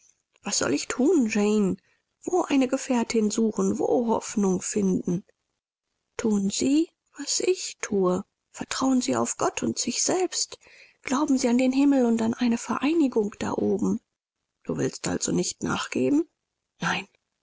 was soll ich thun jane wo eine gefährtin suchen wo hoffnung finden thun sie was ich thue vertrauen sie auf gott und sich selbst glauben sie an den himmel und an eine vereinigung da oben du willst also nicht nachgeben nein